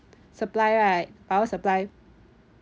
supply right power supply